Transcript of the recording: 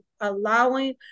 allowing